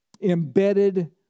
embedded